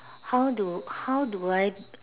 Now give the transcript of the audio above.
how do how do I